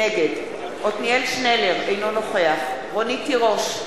נגד עתניאל שנלר, אינו נוכח רונית תירוש,